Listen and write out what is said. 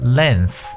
length